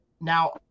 now